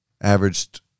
Averaged